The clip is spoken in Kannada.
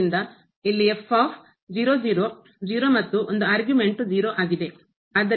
ಆದ್ದರಿಂದ ಇಲ್ಲಿ 0 ಮತ್ತು ಒಂದು ಆರ್ಗ್ಯುಮೆಂಟ್ 0 ಆಗಿದೆ